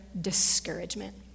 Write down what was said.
discouragement